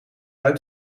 uit